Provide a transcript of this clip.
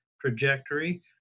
trajectory